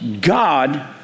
God